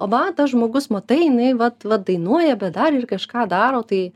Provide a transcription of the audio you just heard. o va tas žmogus matai jinai vat vat dainuoja bet dar ir kažką daro tai